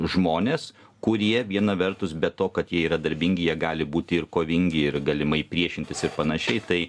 žmonės kurie viena vertus be to kad jie yra darbingi jie gali būti ir kovingi ir galimai priešintis ir panašiai tai